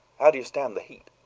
how do you stand the heat?